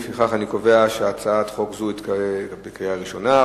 לפיכך אני קובע שהצעת חוק זו התקבלה בקריאה ראשונה,